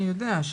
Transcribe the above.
אני יודע,